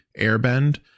airbend